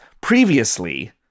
previously